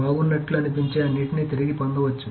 బాగున్నట్లు అనిపించే అన్నింటినీ తిరిగి పొందవచ్చు